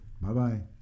Bye-bye